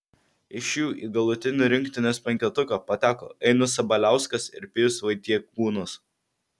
iš jų į galutinį rinktinės penketuką pateko ainius sabaliauskas ir pijus vaitiekūnas